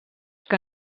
que